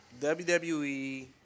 WWE